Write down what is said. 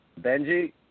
Benji